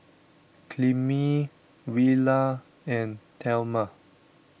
Clemie Willa and thelma